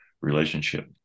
relationship